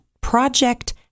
Project